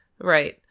Right